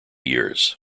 years